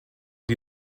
die